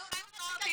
לכן אמרתי